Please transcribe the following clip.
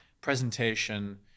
presentation